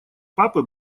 папы